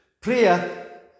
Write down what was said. prayer